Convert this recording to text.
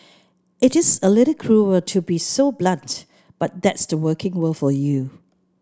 it is a little cruel to be so blunt but that's the working world for you